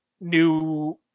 New